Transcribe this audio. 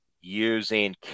using